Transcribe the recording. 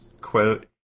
quote